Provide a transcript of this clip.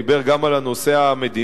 דיבר גם על הנושא המדיני,